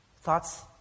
Thoughts